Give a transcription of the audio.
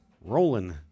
rolling